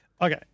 Okay